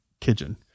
Kitchen